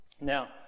Now